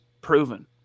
proven